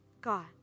God